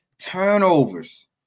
turnovers